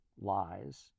lies